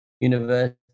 university